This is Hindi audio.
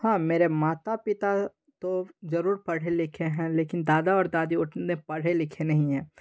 हाँ मेरे माता पिता तो ज़रूर पढ़े लिखे हैं लेकिन दादा और दादी उतने पढ़े लिखे नहीं है